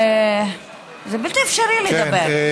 זה בלתי אפשרי לדבר.